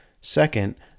Second